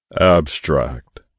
ABSTRACT